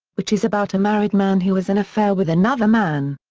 which is about a married man who has an affair with another man.